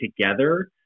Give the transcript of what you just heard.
together